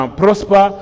prosper